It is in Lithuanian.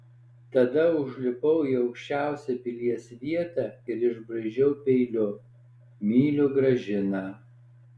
tada užlipau į aukščiausią pilies vietą ir išbraižiau peiliu myliu gražiną